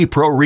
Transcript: Pro